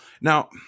now